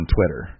Twitter